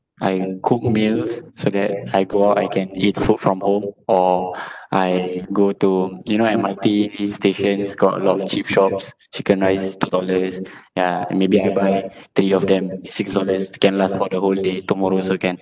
I cook meals so that I go out I can eat food from home or I go to you know M_R_T stations got a lot of cheap shops chicken rice two dollars ya maybe I buy three of them six dollars can last for the whole day tomorrow also can